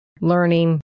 learning